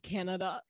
Canada